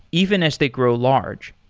even as they grow large.